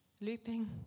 looping